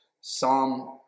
Psalm